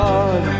God